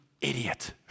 idiot